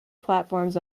platforms